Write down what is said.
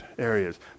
areas